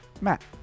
Matt